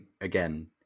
again